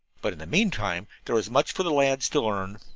but in the meantime there was much for the lads to learn.